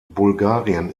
bulgarien